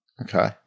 Okay